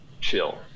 chill